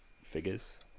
figures